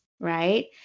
right